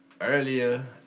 Earlier